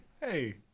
Hey